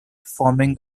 forming